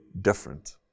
different